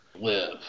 live